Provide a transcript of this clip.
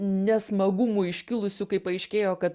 nesmagumų iškilusių kai paaiškėjo kad